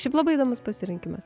šiaip labai įdomus pasirinkimas